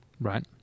Right